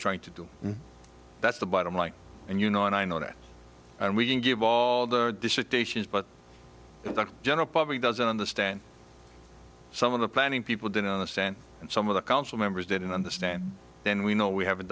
trying to do that's the bottom line and you know and i know that and we can give all the dissertations but the general public doesn't understand some of the planning people didn't understand and some of the council members didn't understand then we know we haven't